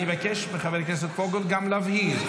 אני אבקש מחבר הכנסת פוגל גם להבהיר,